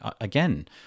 again